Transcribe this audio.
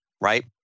right